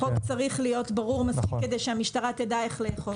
החוק צריך להיות ברור מספיק כדי שהמשטרה תדע איך לאכוף.